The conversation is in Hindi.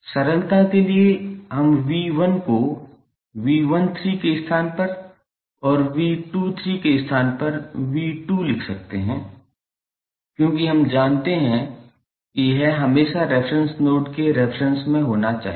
सरलता के लिए हम 𝑉1 को 𝑉13 के स्थान पर और 𝑉23 के स्थान पर 𝑉2 लिख सकते हैं क्योंकि हम जानते हैं कि यह हमेशा रेफेरेंस नोड के रेफेरेंस में होना चाहिए